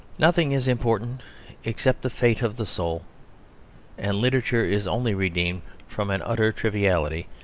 nothing is important except the fate of the soul and literature is only redeemed from an utter triviality,